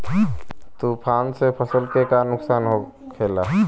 तूफान से फसल के का नुकसान हो खेला?